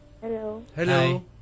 hello